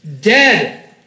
Dead